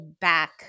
back